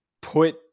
put